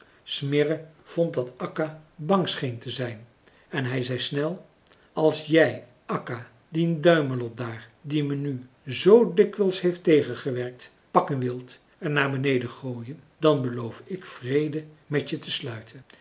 smirre vond dat akka bang scheen te zijn en hij zei snel als jij akka dien duimelot daar die me nu zoo dikwijls heeft tegengewerkt pakken wilt en naar beneden gooien dan beloof ik vrede met je te sluiten